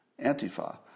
Antifa